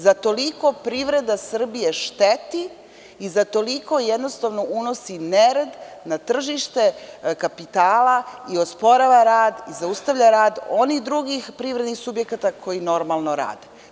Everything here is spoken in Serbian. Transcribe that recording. Za toliko privreda Srbije šteti i za toliko jednostavno unosi nered na tržište kapitala i osporava rad i zaustavlja rad onih drugih privrednih subjekata koji normalno rade.